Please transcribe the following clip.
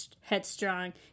headstrong